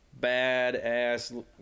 badass